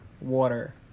Water